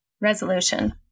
Resolution